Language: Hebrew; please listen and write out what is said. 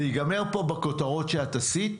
זה ייגמר פה בכותרות שאת עשית,